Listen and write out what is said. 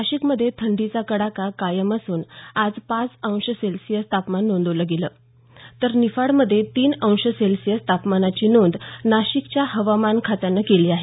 नाशिक मध्ये थंडीचा कडाका कायम असून आज पाच अंश सेल्सिअस तापमान नोंदवलं गेलं तर निफाड मध्ये तीन अंश सेल्सिअस तापमानाची नोंद नाशिकच्या हवामान खात्यानं केली आहे